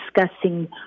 discussing